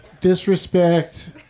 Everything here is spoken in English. disrespect